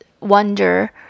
wonder